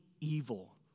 evil